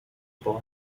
boy